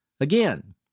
Again